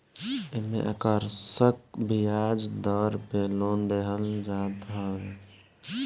एमे आकर्षक बियाज दर पे लोन देहल जात हवे